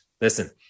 listen